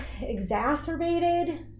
exacerbated